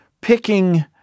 picking